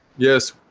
yes,